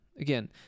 again